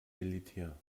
militär